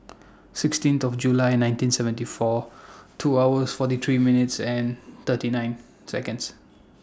sixteenth of July nineteen seventy four two hours forty three minutes and thirty eight Seconds